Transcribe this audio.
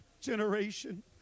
generation